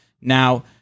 Now